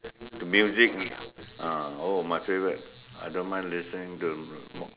to music ah oh my favorite I don't mind listening to more